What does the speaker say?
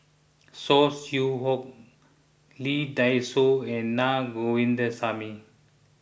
Saw Swee Hock Lee Dai Soh and Na Govindasamy